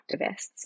activists